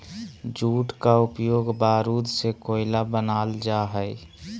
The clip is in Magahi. जूट का उपयोग बारूद से कोयला बनाल जा हइ